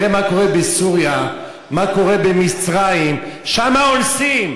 תראה מה קורה בסוריה, מה קורה במצרים, שמה אונסים.